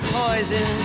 poison